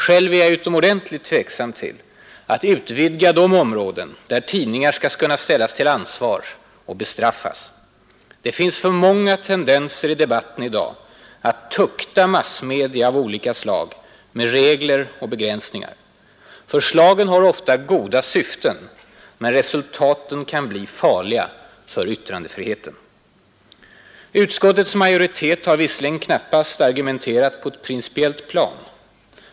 Själv är jag utomordentligt tveksam till att utvidga de områden där tidningar skall kunna ställas till ansvar och bestraffas. Det finns för många tendenser i debatten att tukta massmedia av olika slag med regler och begränsningar. Förslagen har ofta goda syften, men resultaten kan bli farliga för yttrandefriheten. Utskottets majoritet har visserligen knappast argumenterat på ett principiellt plan.